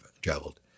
traveled